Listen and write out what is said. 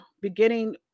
beginning